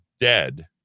dead